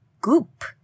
goop